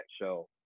show